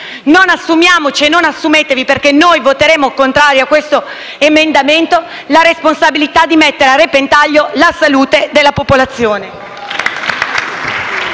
Non assumiamo - anzi, non assumetevi, perché noi voteremo contro l'emendamento in esame - la responsabilità di mettere a repentaglio la salute della popolazione.